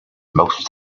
most